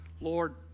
Lord